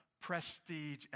prestige